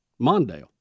Mondale